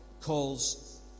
calls